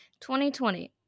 2020